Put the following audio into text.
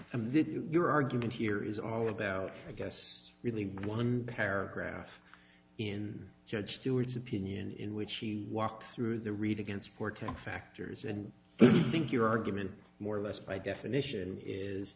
through your argument here is all about i guess really one paragraph in judge stewart's opinion in which he walked through the read against porto factors and i think your argument more or less by definition is